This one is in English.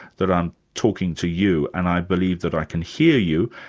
that i'm talking to you and i believe that i can hear you,